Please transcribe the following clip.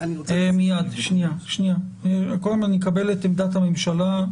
אני מקבל את עמדת הממשלה.